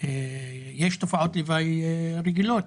יש תופעות לוואי רגילות.